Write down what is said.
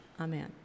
Amen